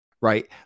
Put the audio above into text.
right